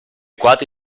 quarti